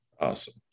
Awesome